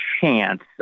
chance